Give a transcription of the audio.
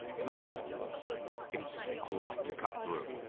though it's a lot to cut through.